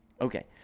okay